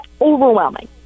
overwhelming